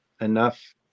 enough